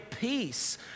peace